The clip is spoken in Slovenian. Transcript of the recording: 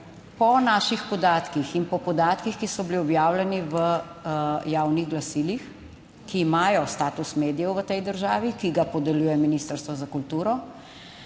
Po naših podatkih in po podatkih, ki so bili objavljeni v javnih glasilih, ki imajo status medijev v tej državi, ki ga podeljuje Ministrstvo za kulturo,